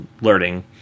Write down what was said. learning